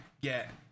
get